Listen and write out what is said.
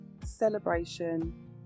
celebration